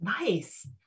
Nice